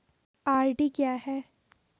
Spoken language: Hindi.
आर.डी क्या है?